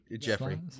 Jeffrey